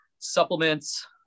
supplements